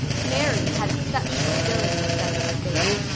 mary had exceptional ability, said mrs. bates.